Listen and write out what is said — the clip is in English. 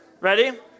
Ready